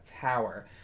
tower